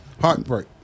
heartbreak